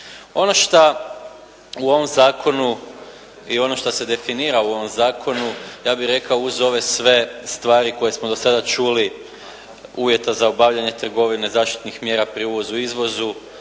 Ono šta u ovom zakonu i ono šta se definira u ovom zakonu ja bih rekao uz ove sve stvari koje smo do sada čuli uvjeta za obavljanje trgovine, zaštitnih mjera pri uvozu i izvozu,